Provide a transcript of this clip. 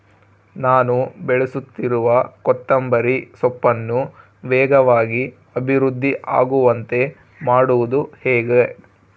ನಾನು ಬೆಳೆಸುತ್ತಿರುವ ಕೊತ್ತಂಬರಿ ಸೊಪ್ಪನ್ನು ವೇಗವಾಗಿ ಅಭಿವೃದ್ಧಿ ಆಗುವಂತೆ ಮಾಡುವುದು ಹೇಗೆ?